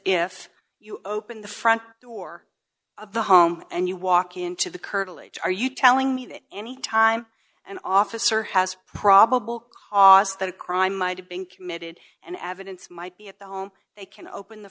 if you open the front door of the home and you walk into the curtilage are you telling me that any time an officer has probable cause that a crime might have been committed and evidence might be at the home they can open the